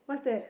what's that